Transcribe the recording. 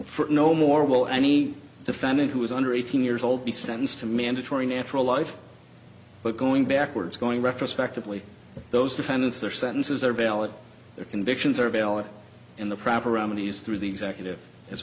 for no more will any defendant who is under eighteen years old be sentenced to mandatory natural life but going backwards going retrospectively those defendants their sentences are valid their convictions are available in the proper remedies through the executive as